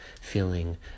feeling